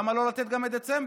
למה לא לתת גם את דצמבר?